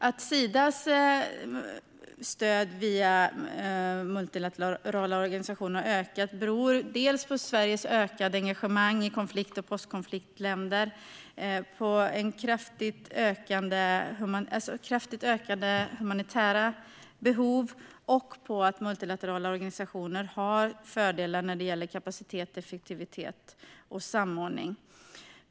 Att Sidas stöd via multilaterala organisationer har ökat beror bland annat på Sveriges ökade engagemang i konflikt och post-konfliktländer, på kraftigt ökade humanitära behov och på att multilaterala organisationer har fördelar när det gäller kapacitet, effektivitet och samordning.